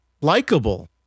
likable